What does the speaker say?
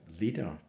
leader